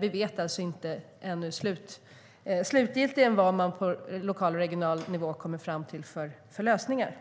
Vi vet inte ännu vad man slutgiltigt på lokal och regional nivå kommer fram till för lösningar.